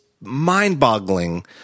mind-boggling